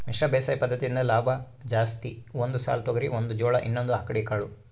ಮಿಶ್ರ ಬೇಸಾಯ ಪದ್ದತಿಯಿಂದ ಲಾಭ ಜಾಸ್ತಿ ಒಂದು ಸಾಲು ತೊಗರಿ ಒಂದು ಜೋಳ ಇನ್ನೊಂದು ಅಕ್ಕಡಿ ಕಾಳು